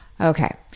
okay